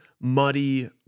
muddy